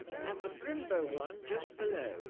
and the brymbo one just below